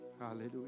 Hallelujah